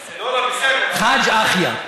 חאג' אחיא,